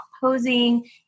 posing